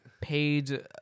paid